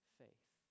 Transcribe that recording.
faith